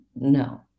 No